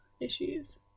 issues